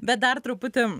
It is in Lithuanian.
bet dar truputį